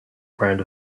brand